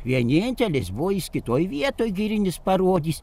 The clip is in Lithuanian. vienintelis buvo jis kitoj vietoj girinis parodys